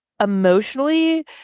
emotionally